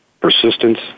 Persistence